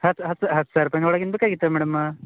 ಹತ್ತು ಹತ್ತು ಹತ್ತು ಸಾವಿರ ರುಪಾಯಿಯ ಒಳ್ಗಿಂದು ಬೇಕಾಗಿತ್ತು ಮೇಡಮ್